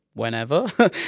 whenever